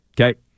Okay